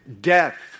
death